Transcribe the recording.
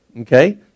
Okay